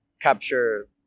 capture